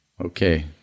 Okay